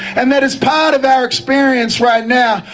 and that is part of our experience right now,